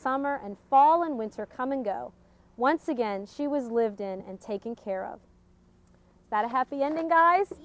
summer and fall and winter come and go once again she was lived in and taking care of that happy ending guys